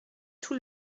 tout